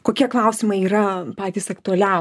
kokie klausimai yra patys aktualiausi